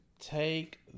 take